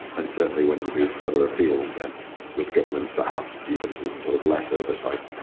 and certainly when you go further afield, then with governments that have even even sort of less oversight,